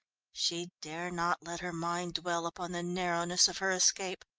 she dare not let her mind dwell upon the narrowness of her escape.